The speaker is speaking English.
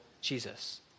Jesus